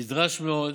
נדרש מאוד.